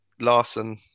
Larson